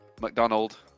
McDonald